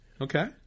Okay